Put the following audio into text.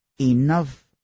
Enough